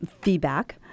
feedback